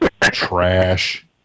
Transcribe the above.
trash